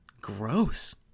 gross